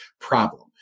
problem